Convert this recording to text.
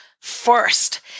first